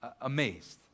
Amazed